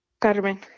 Carmen